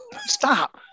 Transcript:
Stop